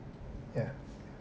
yeah